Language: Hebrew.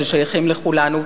ששייכים לכולנו.